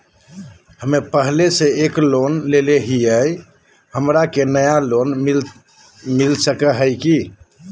हमे पहले से एक लोन लेले हियई, हमरा के नया लोन मिलता सकले हई?